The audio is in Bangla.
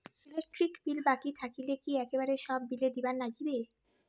ইলেকট্রিক বিল বাকি থাকিলে কি একেবারে সব বিলে দিবার নাগিবে?